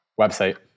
Website